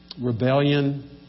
Rebellion